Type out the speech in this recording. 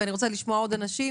ואני רוצה לשמוע עוד אנשים.